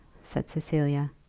said cecilia.